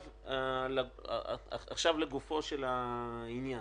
לגופו של עניין.